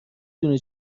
دونه